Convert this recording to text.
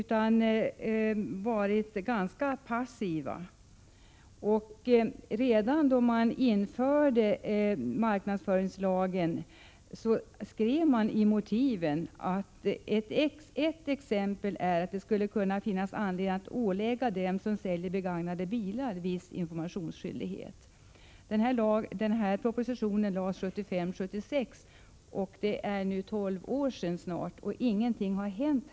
1986 76. Det är nu snart 12 år sedan, och ingenting har hänt.